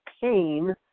pain